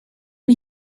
you